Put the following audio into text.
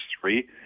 three